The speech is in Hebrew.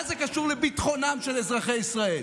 מה זה קשור לביטחונם של אזרחי ישראל?